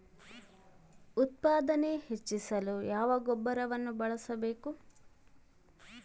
ಉತ್ಪಾದನೆ ಹೆಚ್ಚಿಸಲು ಯಾವ ಗೊಬ್ಬರ ಬಳಸಬೇಕು?